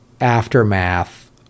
aftermath